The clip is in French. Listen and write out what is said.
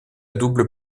double